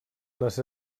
les